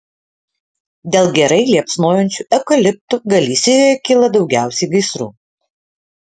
dėl gerai liepsnojančių eukaliptų galisijoje kyla daugiausiai gaisrų